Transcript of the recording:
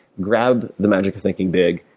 grab the magic of thinking big,